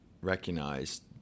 recognized